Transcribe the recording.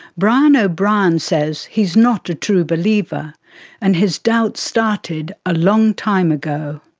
brian o'brien says he's not a true believer and his doubts started a long time ago.